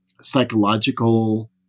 psychological